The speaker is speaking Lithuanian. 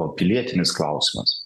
o pilietinis klausimas